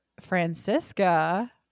Francisca